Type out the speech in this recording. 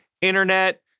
internet